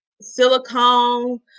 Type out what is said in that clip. silicone